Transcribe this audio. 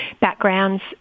backgrounds